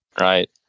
right